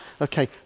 Okay